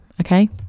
okay